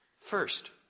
First